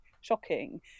shocking